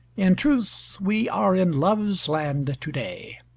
in truth we are in love's land to-day,